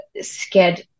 scared